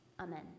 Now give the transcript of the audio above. Amen